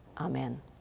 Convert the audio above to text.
amen